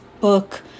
book